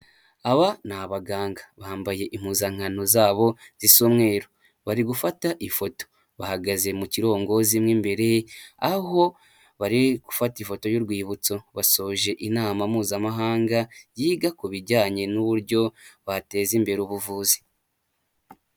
Aba ni abaganga bambaye impuzankano zabo zisa umweru, bari gufata ifoto bahagaze mu kirongozi mo imbere, aho bari gufata ifoto y'urwibutso basoje inama mpuzamahanga yiga ku bijyanye n'uburyo bateza imbere ubuvuzi.